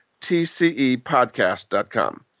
tcepodcast.com